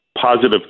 positive